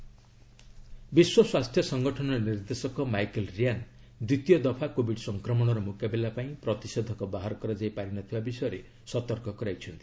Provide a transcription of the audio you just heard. WHO ବିଶ୍ୱ ସ୍ୱାସ୍ଥ୍ୟ ସଂଗଠନ ନିର୍ଦ୍ଦେଶକ ମାଇକେଲ୍ ରିଆନ୍ ଦ୍ୱିତୀୟ ଦଫା କୋବିଡ୍ ସଂକ୍ରମଣର ମୁକାବିଲା ପାଇଁ ପ୍ରତିଷେଧକ ବାହାର କରାଯାଇ ପାରିନଥିବା ବିଷୟରେ ସତର୍କ କରାଇଛନ୍ତି